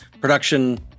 production